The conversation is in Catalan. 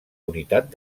unitat